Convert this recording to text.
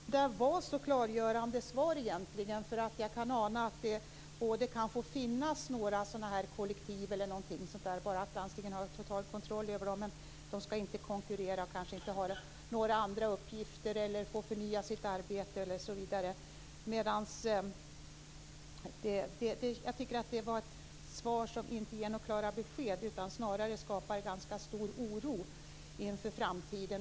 Fru talman! Jag vet inte om det var ett så klargörande svar. Jag kan ana att det kan finnas kollektiv bara landstingen har full kontroll över dem, de skall inte konkurrera, inte få andra arbetsuppgifter osv. Det var ett svar som inte gav så klara besked utan snarare skapar stor oro inför framtiden.